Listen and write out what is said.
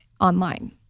online